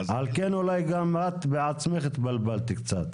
על כן אולי גם את עצמך התבלבלת קצת.